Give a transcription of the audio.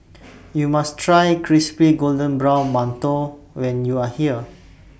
YOU must Try Crispy Golden Brown mantou when YOU Are here